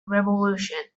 revolution